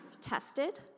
tested